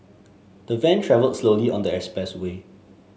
the van travelled slowly on the express way